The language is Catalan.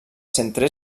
centre